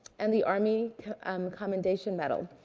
and the army um commendation medal.